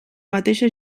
mateixa